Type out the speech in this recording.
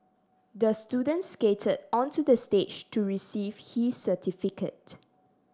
the student skated onto the stage to receive his certificate